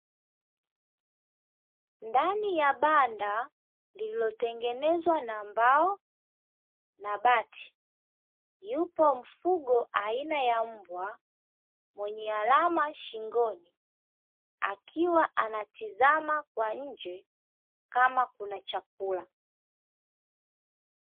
Ndani ya banda lililotengenezwa na mbao na bati, yupo mfugo aina ya mbwa, mwenye alama shingoni akiwa anatazama kwa nje kama kuna chakula.